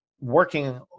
working